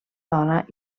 dona